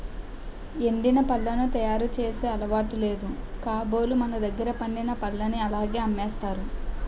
ఎండిన పళ్లను తయారు చేసే అలవాటు లేదు కాబోలు మనదగ్గర పండిన పల్లని అలాగే అమ్మేసారు